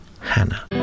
Hannah